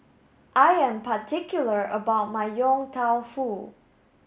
I am particular about my Yong Tau Foo